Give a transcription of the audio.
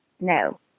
No